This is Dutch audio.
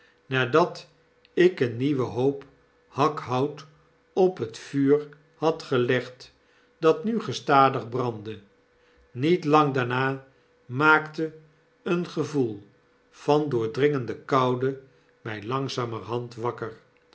nadat ik een nieuwen hoop hakhout op het vuur had gelegd dat nu gestadigbrandde met lang daarna maakte een gevoel van doordringende koude raij langzamerhand wakker